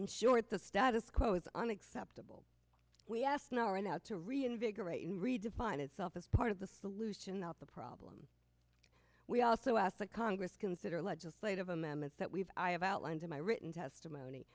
in short the status quo is unacceptable we ask now right now to reinvigorate and redefine itself as part of the solution not the problem we also asked that congress consider legislative amendments that we've i have outlined in my written testimony